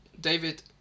David